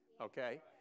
Okay